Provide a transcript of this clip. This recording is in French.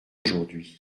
aujourd’hui